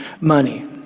money